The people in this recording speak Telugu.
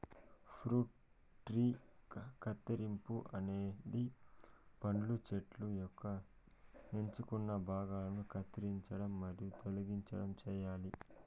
ఫ్రూట్ ట్రీ కత్తిరింపు అనేది పండ్ల చెట్టు యొక్క ఎంచుకున్న భాగాలను కత్తిరించడం మరియు తొలగించడం చేయాలి